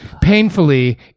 painfully